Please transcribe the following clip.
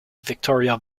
victoria